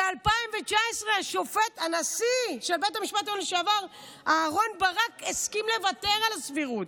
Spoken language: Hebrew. ב-2019 נשיא בית המשפט העליון לשעבר אהרן ברק הסכים לוותר על הסבירות,